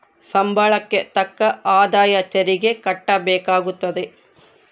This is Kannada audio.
ಸಂಬಳಕ್ಕೆ ತಕ್ಕ ಆದಾಯ ತೆರಿಗೆ ಕಟ್ಟಬೇಕಾಗುತ್ತದೆ